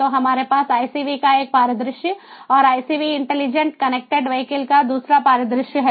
तो हमारे पास ICV का एक परिदृश्य और ICV इंटेलिजेंट कनेक्टेड वीहिकल का दूसरा परिदृश्य है